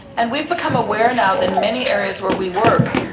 and we've become aware now that many areas where we work,